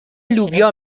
لوبیا